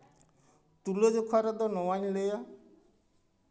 ᱛᱩᱞᱟᱹᱡᱚᱠᱷᱟ ᱨᱮᱫᱚ ᱱᱚᱣᱟᱧ ᱞᱟᱹᱭᱟ